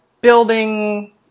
building